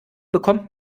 bekommt